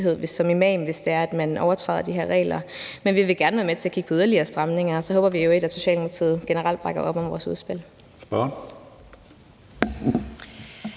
som imam, hvis det er, at man overtræder de her regler. Men vi vil gerne være med til at kigge på yderligere stramninger, og så håber vi i øvrigt, at Socialdemokratiet generelt bakker op om vores udspil.